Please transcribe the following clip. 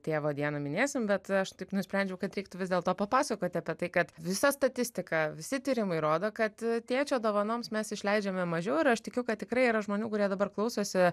tėvo dieną minėsim bet aš taip nusprendžiau kad reiktų vis dėlto papasakoti apie tai kad visa statistika visi tyrimai rodo kad tėčio dovanoms mes išleidžiame mažiau ir aš tikiu kad tikrai yra žmonių kurie dabar klausosi